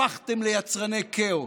הפכתם ליצרני כאוס.